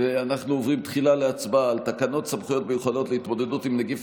אנחנו עוברים תחילה להצבעה על תקנות סמכויות מיוחדות להתמודדות עם נגיף